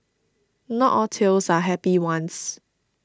not all tales are happy ones